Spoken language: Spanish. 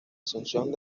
asunción